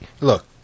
Look